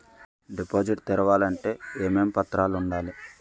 Deposit తెరవాలి అంటే ఏమేం పత్రాలు ఉండాలి?